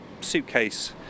suitcase